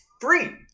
free